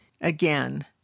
again